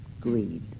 greed